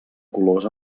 colors